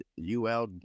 UL